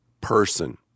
person